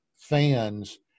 fans